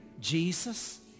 Jesus